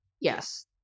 Yes